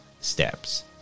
steps